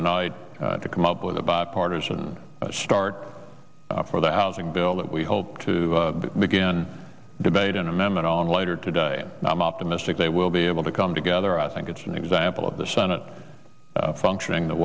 the night to come up with a bipartisan start for the housing bill that we hope to begin debate an amendment on later today and i'm optimistic they will be able to come together i think it's an example of the senate functioning th